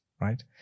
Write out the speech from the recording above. right